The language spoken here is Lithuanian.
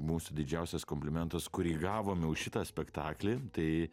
mūsų didžiausias komplimentas kurį gavom jau šitą spektaklį tai